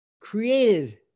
created